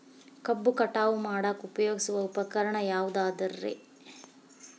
ಕಬ್ಬು ಕಟಾವು ಮಾಡಾಕ ಉಪಯೋಗಿಸುವ ಉಪಕರಣ ಯಾವುದರೇ?